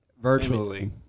Virtually